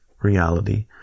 reality